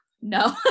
No